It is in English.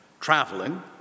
traveling